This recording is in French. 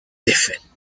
défaite